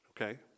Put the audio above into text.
okay